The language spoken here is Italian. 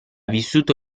vissuto